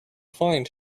find